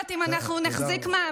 אני לא יודעת אם אנחנו נחזיק מעמד,